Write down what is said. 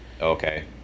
Okay